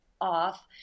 off